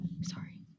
sorry